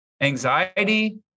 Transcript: anxiety